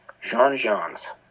Jean-Jeans